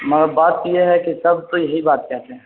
مگر بات یہ ہے کہ سب تو یہی بات کہتے ہیں